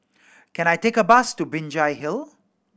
can I take a bus to Binjai Hill